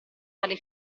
tale